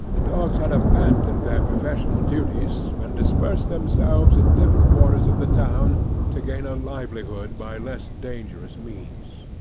the dogs had abandoned their professional duties, and dispersed themselves in different quarters of the town to gain a livelihood by less dangerous means.